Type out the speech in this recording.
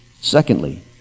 Secondly